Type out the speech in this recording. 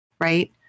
right